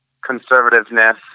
conservativeness